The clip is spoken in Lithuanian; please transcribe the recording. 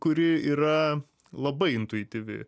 kuri yra labai intuityvi